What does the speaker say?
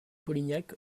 polignac